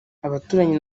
abaturanyi